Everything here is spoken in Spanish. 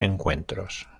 encuentros